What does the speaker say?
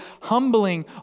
humbling